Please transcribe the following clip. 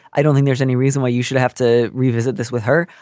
i don't think there's any reason why you should have to revisit this with her.